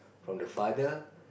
from the father